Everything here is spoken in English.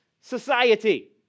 society